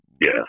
yes